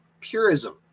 purism